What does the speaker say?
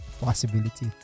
possibility